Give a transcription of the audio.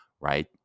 right